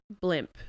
blimp